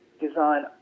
design